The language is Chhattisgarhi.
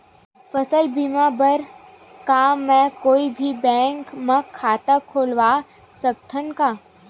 फसल बीमा बर का मैं कोई भी बैंक म खाता खोलवा सकथन का?